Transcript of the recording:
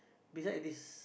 beside this